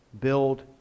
build